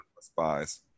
spies